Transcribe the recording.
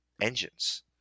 engines